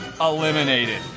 eliminated